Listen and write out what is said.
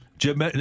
Jim